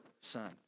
son